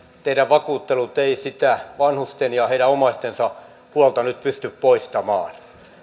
teidän vakuuttelunne eivät sitä vanhusten ja heidän omaistensa huolta nyt pysty poistamaan